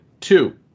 two